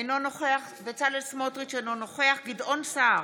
אינו נוכח בצלאל סמוטריץ' אינו נוכח גדעון סער,